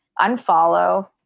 unfollow